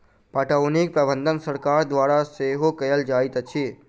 पटौनीक प्रबंध सरकार द्वारा सेहो कयल जाइत अछि